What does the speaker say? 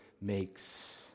makes